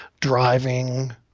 driving